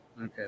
Okay